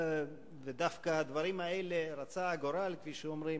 דווקא הדברים האלה, רצה הגורל, כפי שאומרים,